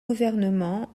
gouvernement